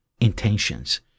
intentions